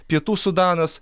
pietų sudanas